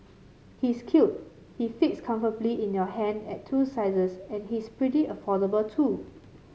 he's cute he fits comfortably in your hand at two sizes and he's pretty affordable too